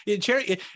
cherry